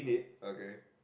okay